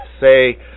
Say